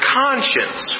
conscience